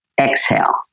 exhale